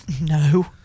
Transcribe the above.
no